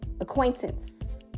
acquaintance